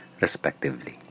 respectively